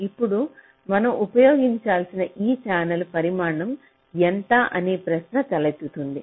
ఇప్పుడు మనం ఉపయోగించాల్సిన ఈ ఛానెల్ పరిమాణం ఎంత అనే ప్రశ్న తలెత్తుతుంది